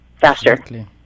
faster